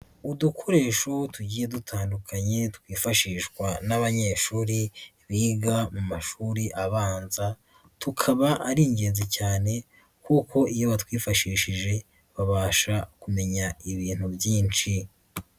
Udukoresho tugiye dutandukanye twifashishwa n'abanyeshuri biga mu mashuri abanza, tukaba ari ingenzi cyane, kuko iyo batwifashishije babasha kumenya ibintu byinshi.